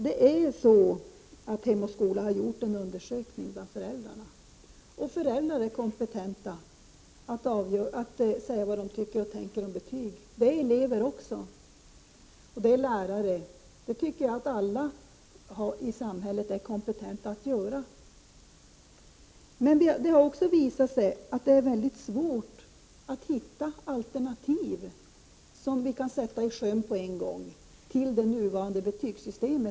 Det är riktigt att Hem och Skola har gjort en undersökning bland föräldrarna och att föräldrar är kompetenta att säga vad de tycker och tänker om betyg. Det är elever också, och det är även lärare. Det tycker jag att alla i samhället är kompetenta att göra. Men det har också visat sig att det är väldigt svårt att hitta alternativ till det nuvarande betygssystemet som går att sätta i sjön på en gång.